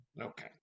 okay